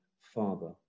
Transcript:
Father